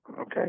okay